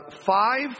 five